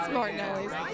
Martinelli's